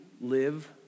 live